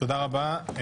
תודה רבה.